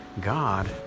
God